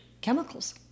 chemicals